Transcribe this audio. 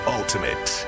ultimate